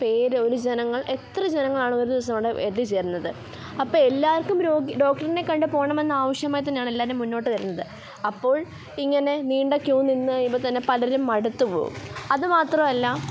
പേർ ഒരു ജനങ്ങൾ എത്ര ജനങ്ങളാണ് ഒരു ദിവസം അവിടെ എത്തിച്ചേരുന്നത് അപ്പം എല്ലാവർക്കും രോഗി ഡോക്ടറിനെ കണ്ട് പോവണം എന്ന് ആവശ്യമായി തന്നെയാണ് എല്ലാവരും മുന്നോട്ട് വരുന്നത് അപ്പോൾ ഇങ്ങനെ നീണ്ട ക്യൂ നിന്ന് കഴിയുമ്പം തന്നെ പലരും മടുത്ത് പോവും അത് മാത്രമല്ല